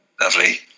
Lovely